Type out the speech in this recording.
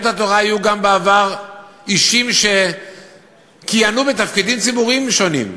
התורה היו בעבר גם אישים שכיהנו בתפקידים ציבוריים שונים,